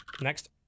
Next